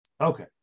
Okay